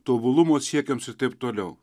tobulumo siekiams ir taip toliau